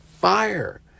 fire